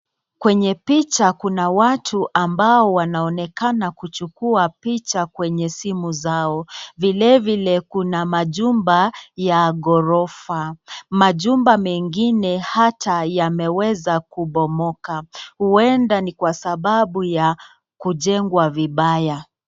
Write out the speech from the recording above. Kwenye picha kuna watu ambao wanaonekana kuchukua picha kwenye simu zao, vile vile kuna majumba ya ghorofa. Majumba mengine hata yameweza kubomoka, huenda ni kwa sababu ya kujengwa vibaya.